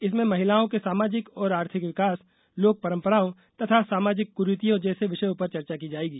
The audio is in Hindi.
इसमें महिलाओं के सामाजिक और आर्थिक विकास लोक परम्पराओं तथा सामाजिक क्रीतियों जैसे विषयों पर चर्चा की जाएगी